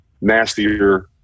nastier